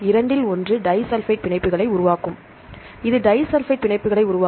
இரண்டில் ஒன்று டைசல்பைட் பிணைப்புகளை உருவாக்கும் இது டைசல்பைட் பிணைப்புகளை உருவாக்கும்